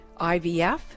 IVF